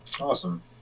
Awesome